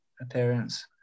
appearance